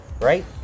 Right